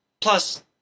Plus